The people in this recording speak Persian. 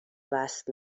وصل